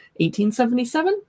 1877